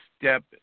step